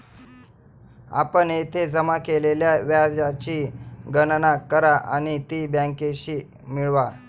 आपण येथे जमा केलेल्या व्याजाची गणना करा आणि ती बँकेशी मिळवा